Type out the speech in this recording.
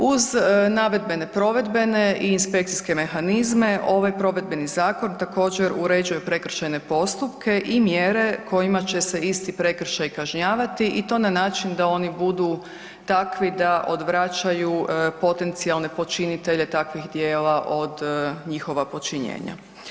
Uz naredbene, provedbene i inspekcijske mehanizme ovaj provedbeni zakon također uređuje prekršajne postupke i mjere kojima će se isti prekršaj kažnjavati i to na način da oni budu takvi da odvraćaju potencijalne počinitelje takvih djela od njihova počinjenja.